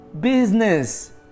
Business